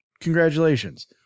Congratulations